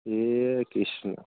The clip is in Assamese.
ইয়ে কৃষ্ণ